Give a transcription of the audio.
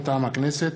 מטעם הכנסת: